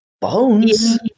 Bones